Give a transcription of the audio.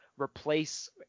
replace